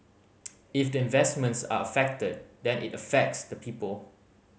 if the investments are affected then it affects the people